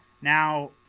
now